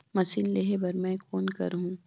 Machine लेहे बर मै कौन करहूं?